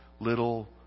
little